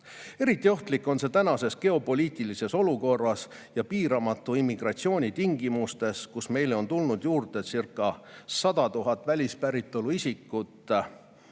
Eriti ohtlik on see tänases geopoliitilises olukorras ja piiramatu immigratsiooni tingimustes, kus meile on tulnud juurdecirca100 000 välispäritolu isikut